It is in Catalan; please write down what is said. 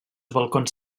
balcons